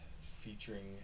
featuring